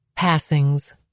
Passings